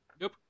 Nope